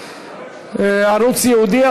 למשדר ערוץ ייעודי),